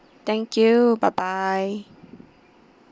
thank you bye bye